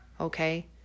okay